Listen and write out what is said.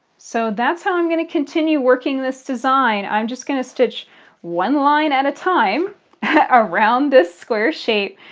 so that's how i'm going to continue working this design. i'm just going to stitch one line at a time around this square shape.